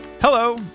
hello